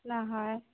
নহয়